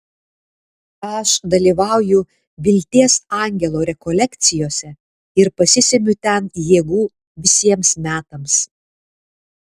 aš dalyvauju vilties angelo rekolekcijose ir pasisemiu ten jėgų visiems metams